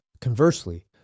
Conversely